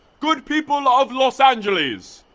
good people of los angeles.